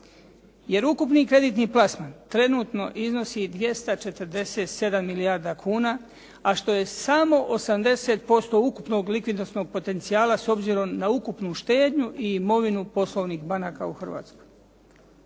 jer ukupni kreditni plasman trenutno iznosi 247 milijardi kuna, a što je samo 80% ukupnog likvidosnog potencijala s obzirom na ukupnu štednju i imovinu poslovnih banaka u Hrvatskoj.